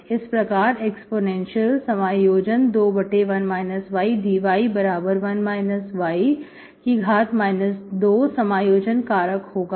इस प्रकार e2 1 y dy 1 y 2 समायोजन कारक होगा